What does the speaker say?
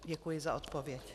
Děkuji za odpověď.